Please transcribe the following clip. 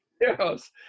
Yes